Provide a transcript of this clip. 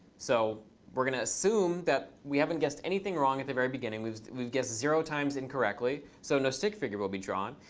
so we're going to assume that we haven't guessed anything wrong at the very beginning. we've we've guessed zero times incorrectly. so no stick figure will be drawn.